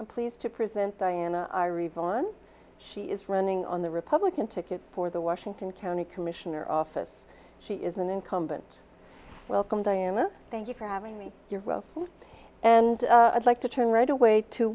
i'm pleased to present diana are reborn she is running on the republican ticket for the washington county commissioner office she is an incumbent welcome diana thank you for having me your growth and i'd like to turn right away to